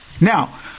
Now